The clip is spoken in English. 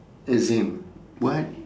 exam what